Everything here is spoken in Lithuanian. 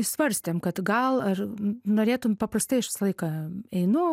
svarstėm kad gal ar norėtum paprastai aš visą laiką einu